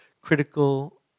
critical